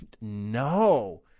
no